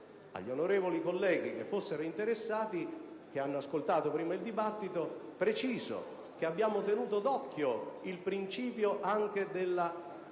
Agli onorevoli colleghi che fossero interessati e che hanno ascoltato prima il dibattito preciso che abbiamo tenuto d'occhio anche il principio della